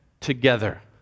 together